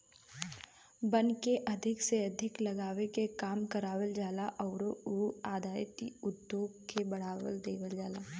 वन के अधिक से अधिक लगावे के काम करावल जाला आउर वन आधारित उद्योग के बढ़ावा देवल जाला